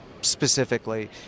Specifically